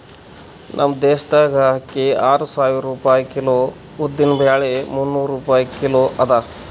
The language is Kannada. ನಮ್ ದೇಶದಾಗ್ ಅಕ್ಕಿ ಆರು ಸಾವಿರ ರೂಪಾಯಿ ಕಿಲೋ, ಉದ್ದಿನ ಬ್ಯಾಳಿ ಮುನ್ನೂರ್ ರೂಪಾಯಿ ಕಿಲೋ ಅದಾ